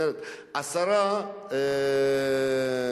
אני חושב שצריך מחשבה,